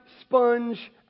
sponge